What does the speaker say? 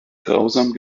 grausam